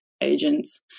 agents